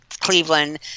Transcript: cleveland